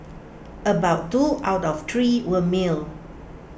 about two out of three were male